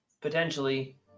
potentially